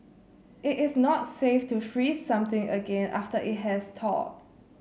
it is not safe to freeze something again after it has thawed